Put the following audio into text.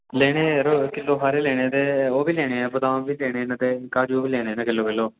लैने यरो किल्लो हारे लैने ते ओह् बी लैने न बदाम बी लैने न ते काजू बी लैने न किल्लो किल्लो